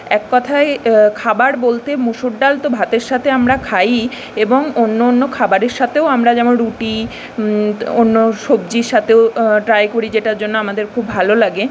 এক কথায় খাবার বলতে মুসুর ডাল তো ভাতের সাথে আমরা খাইই এবং অন্য অন্য খাবারের সাথেও আমরা যেমন রুটি অন্য সবজির সাথেও ট্রাই করি যেটার জন্য আমাদের খুব ভালো লাগে